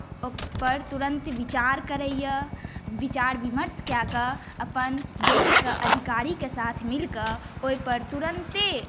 ओहिपर तुरन्त विचार करैए विचार विमर्श कए कऽ अपन बैंकके अधिकारीके साथ मिलि कऽ ओहिपर तुरन्ते